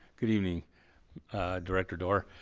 good evening director door,